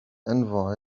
envy